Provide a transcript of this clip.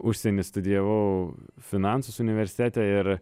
užsieny studijavau finansus universitete ir